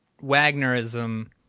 Wagnerism